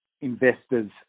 investors